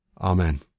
Amen